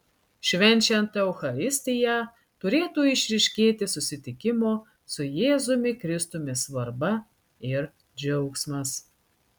švenčiant eucharistiją turėtų išryškėti susitikimo su jėzumi kristumi svarba ir džiaugsmas